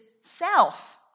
self